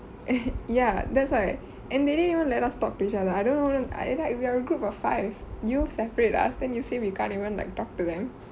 ya that's right and they didn't even let us talk to each other I don't know I like we are a group of five you separate us then you say we can't even even like talk to them